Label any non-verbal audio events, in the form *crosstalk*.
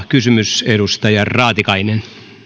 *unintelligible* kysymys edustaja raatikainen